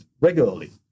regularly